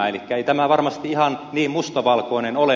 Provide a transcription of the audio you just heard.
elikkä ei tämä varmasti ihan niin mustavalkoinen ole